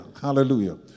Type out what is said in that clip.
Hallelujah